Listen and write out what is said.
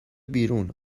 بیرون